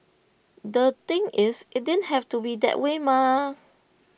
the thing is IT didn't have to be that way mah